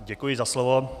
Děkuji za slovo.